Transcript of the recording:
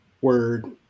Word